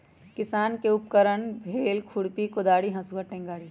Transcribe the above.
किसान के उपकरण भेल खुरपि कोदारी हसुआ टेंग़ारि